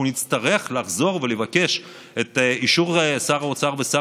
אנחנו נצטרך לחזור ולבקש את אישור שר האוצר ושר